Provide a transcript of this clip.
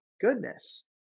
goodness